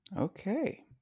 Okay